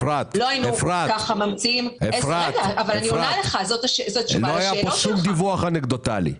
לא היה פה שום דיווח אנקדוטלי.